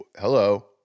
hello